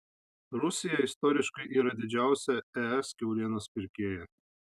rusija istoriškai yra didžiausia es kiaulienos pirkėja